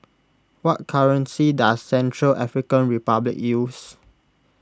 what currency does Central African Republic use